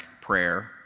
prayer